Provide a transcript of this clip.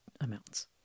amounts